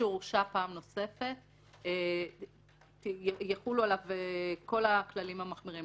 שהורשע פעם נוספת, יחולו עליו כל הכללים המחמירים.